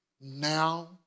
now